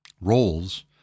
roles